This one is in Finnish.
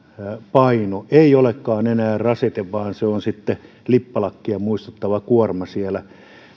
paino ei olekaan enää rasite vaan se on lippalakkia muistuttava kuorma siellä